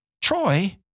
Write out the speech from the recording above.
Troy